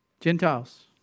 Gentiles